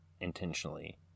intentionally